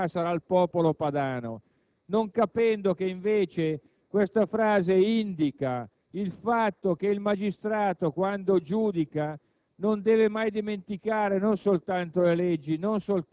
di questa frase; qualcuno addirittura ha ironizzato dicendo: «Mah, sarà il popolo padano», non capendo che invece questa frase indica il fatto che il magistrato, quando giudica,